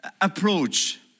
approach